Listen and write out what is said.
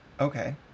Okay